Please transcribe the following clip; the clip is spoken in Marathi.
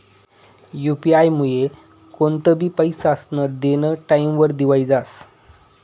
यु.पी आयमुये कोणतंबी पैसास्नं देनं टाईमवर देवाई जास